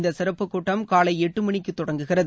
இந்த சிறப்பு கூட்டம் காலை எட்டு மணிக்கு தொடங்குகிறது